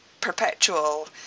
perpetual